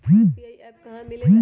UPI का app कहा से मिलेला?